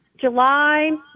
July